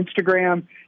Instagram